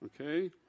okay